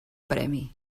premi